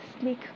sleek